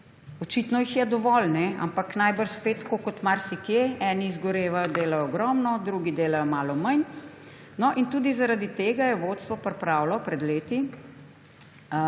Očitno jih je dovolj, ampak najbrž je spet tako kot marsikje, eni izgorevajo, delajo ogromno, drugi delajo malo manj. Tudi zaradi tega je vodstvo pripravilo pred leti